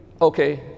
Okay